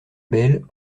belles